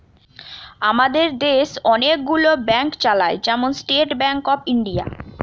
আমাদের দেশ অনেক গুলো ব্যাংক চালায়, যেমন স্টেট ব্যাংক অফ ইন্ডিয়া